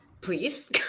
Please